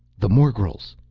the morgels!